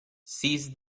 seize